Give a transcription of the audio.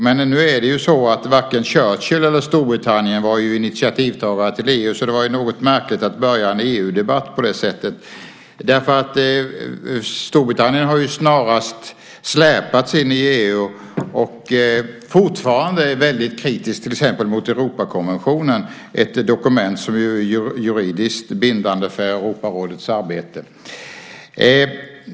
Men varken Churchill eller Storbritannien var ju initiativtagare till EU, så det var något märkligt att börja en EU-debatt på det sättet. Storbritannien har snarast släpats in i EU och är fortfarande väldigt kritiskt till exempel mot Europakonventionen, ett dokument som är juridiskt bindande för Europarådets arbete.